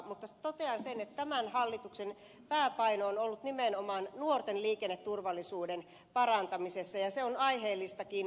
mutta totean sen että tämän hallituksen pääpaino on ollut nimenomaan nuorten liikenneturvallisuuden parantamisessa ja se on aiheellistakin